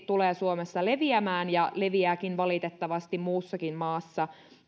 tulee suomessa leviämään ja leviääkin valitettavasti muuallakin maassa